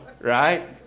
right